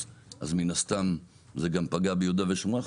אז מן הסתם זה גם פגע ביהודה ושומרון.